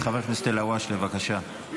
חבר הכנסת אלהואשלה, בבקשה.